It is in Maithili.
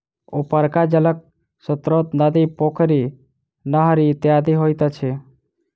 उपरका जलक स्रोत नदी, पोखरि, नहरि इत्यादि होइत अछि